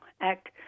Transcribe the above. Act